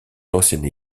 l’ancienne